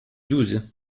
douze